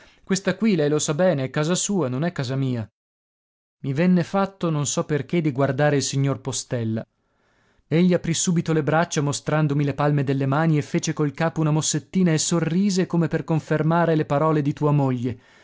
questa qui lei lo sa bene è casa sua non è casa mia i venne fatto non so perché di guardare il signor postella egli aprì subito le braccia mostrandomi le palme delle mani e fece col capo una mossettina e sorrise come per confermare le parole di tua moglie